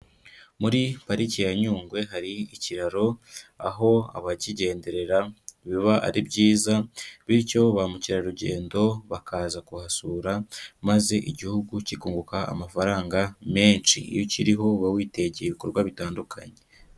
Muri pariki ya nyungwe hari ikiraro aho abakigenderera biba ari byiza bityo ba mukerarugendo bakaza kuhasura maze igihugu kikunguka amafaranga menshi, iyo ukiriho uba witeyetege ibikorwa bitandukanye.